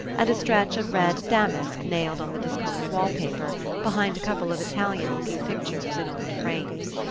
and a stretch of red damask nailed on the discoloured wallpaper behind a couple of italian-looking pictures in old frames.